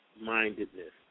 mindedness